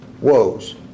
woes